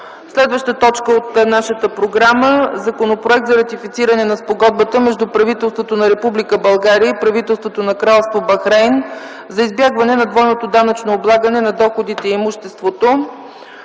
бюджет и финанси разгледа Законопроекта за ратифициране на Спогодбата между правителството на Република България и правителството на Кралство Бахрейн за избягване на двойното данъчно облагане на доходите и имуществото,